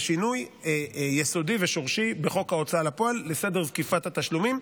זה שינוי יסודי ושורשי בחוק ההוצאה לפועל לסדר זקיפת התשלומים,